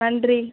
நன்றி